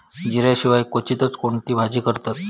जिऱ्या शिवाय क्वचितच कोणती भाजी करतत